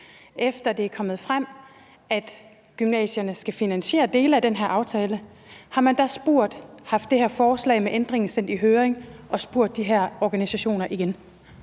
efter at det er kommet frem, at gymnasierne skal finansiere dele af den her aftale, haft sendt det her forslag med ændringen i høring og spurgt de her organisationer igen?